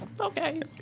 Okay